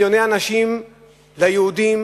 שעשה את זה לא מביא בחשבון את השנאה של מיליוני אנשים ליהודים